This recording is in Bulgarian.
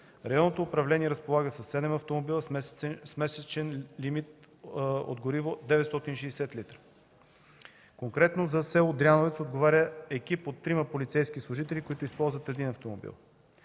Районното управление разполага със седем автомобила, с месечен лимит от гориво – 960 литра. Конкретно за село Дряновец отговаря екип от трима полицейски служители, които използват един автомобил.